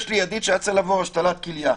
יש לי ידיד שהיה אמור לעבור השתלת כליה.